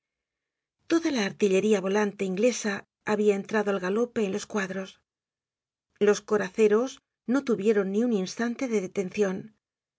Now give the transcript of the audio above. toda la artillería volante inglesa habia entrado al galope en los cuadros los coraceros no tuvieron ni un instante de detencion